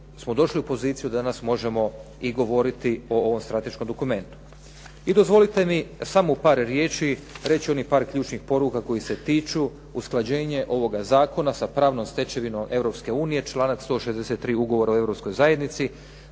smo došli u poziciju da danas možemo i govoriti o ovom strateškom dokumentu. I dozvolite mi samo u par riječi reći onih par ključnih poruka koji se tiču usklađenje ovoga zakona sa pravnom stečevinom Europske unije, članak 163. Ugovora o